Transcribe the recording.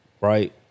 right